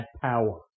power